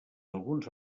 alguns